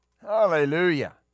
Hallelujah